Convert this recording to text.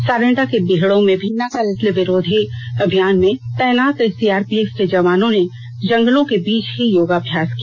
सारंडा के बीहड़ों में भी नक्सल विरोधी अभियान में तैनात सीआरपीएफ के जवानों ने जंगलों के बीच ही योगाभ्यास किया